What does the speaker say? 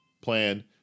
plan